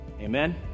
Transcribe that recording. amen